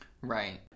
right